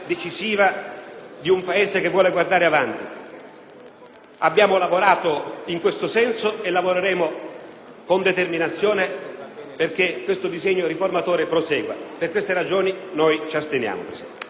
di un Paese che vuole guardare avanti. Abbiamo lavorato in questo senso e lavoreremo con determinazione affinché il disegno riformatore prosegua. Per tali ragioni - ripeto